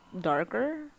darker